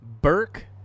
Burke